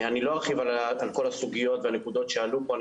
אני לא ארחיב על כל הסוגיות והנקודות שעלו פה.